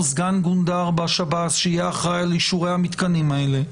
סגן גונדר בשב"ס שיהיה אחראי על אישור המתקנים האלה,